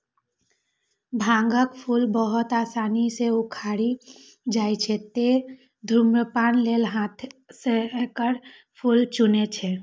भांगक फूल बहुत आसानी सं उखड़ि जाइ छै, तें धुम्रपान लेल हाथें सं एकर फूल चुनै छै